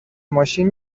ماشین